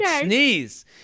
sneeze